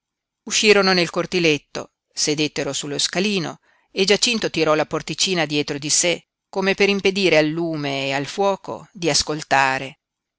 uscirono nel cortiletto sedettero sullo scalino e giacinto tirò la porticina dietro di sé come per impedire al lume e al fuoco di ascoltare